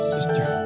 Sister